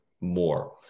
more